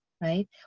right